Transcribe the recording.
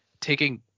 taking